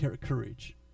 courage